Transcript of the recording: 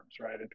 right